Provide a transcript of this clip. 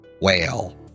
whale